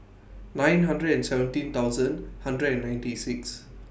nine hundred and seventeen thousand hundred and ninety six